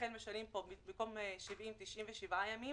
לכן משנים פה, במקום "70 ימים" יבוא "97 ימים".